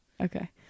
okay